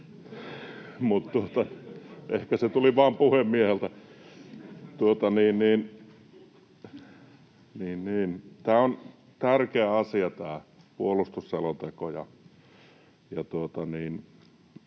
Ehkä se tuli vain puhemieheltä. Tämä puolustusselonteko on tärkeä asia.